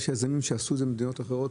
יש יזמים שעשו את זה במדינות אחרות,